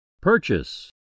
Purchase